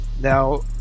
Now